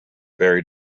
very